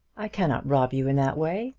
i cannot rob you in that way.